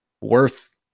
worth